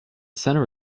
center